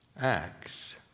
Acts